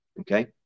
Okay